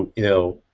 you know?